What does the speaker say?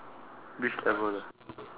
which level